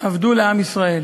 אבדו לעם ישראל.